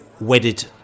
wedded